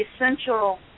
essential